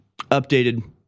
updated